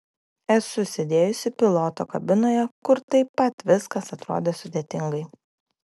esu sėdėjusi piloto kabinoje kur taip pat viskas atrodė sudėtingai